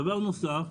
דבר נוסף,